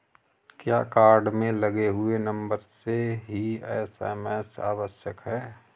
क्या कार्ड में लगे हुए नंबर से ही एस.एम.एस आवश्यक है?